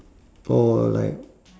orh like